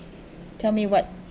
tell me what